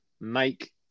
make